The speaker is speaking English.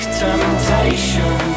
temptation